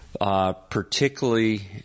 Particularly